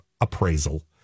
appraisal